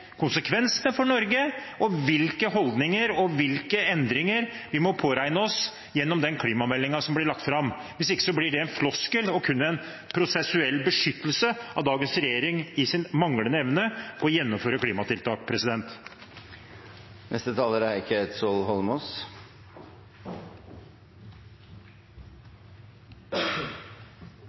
konsekvensene for Norge og hvilke holdninger og endringer vi må påregne oss gjennom klimameldingen som blir lagt fram. Hvis ikke blir det en floskel og kun en prosessuell beskyttelse av dagens regjering i deres manglende evne til å gjennomføre klimatiltak. Litt av vitsen med å ha sånne initiativdebatter er